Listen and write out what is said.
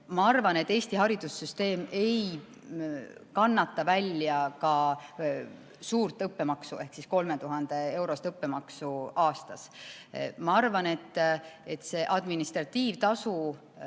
Ma arvan, et Eesti haridussüsteem ei kannata välja ka suurt õppemaksu ehk 3000‑eurost õppemaksu aastas. Ma arvan, et administratiivtasu